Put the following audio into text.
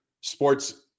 sports